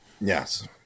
Yes